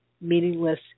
meaningless